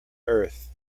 earth